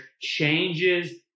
changes